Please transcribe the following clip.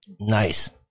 Nice